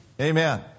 Amen